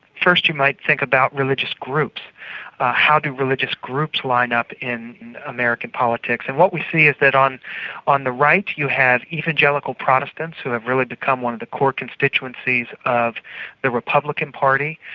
first, you might think about religious groups how do religious groups line up in american politics. and what we see is that on on the right you have evangelical protestants, who have really become one of the core constituencies of the republican party.